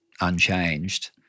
unchanged